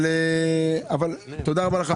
אבל תודה רבה לך,